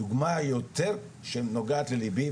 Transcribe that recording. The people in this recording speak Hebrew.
הדוגמא שיותר נוגעת ללבי,